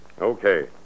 Okay